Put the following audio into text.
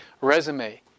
resume